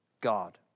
God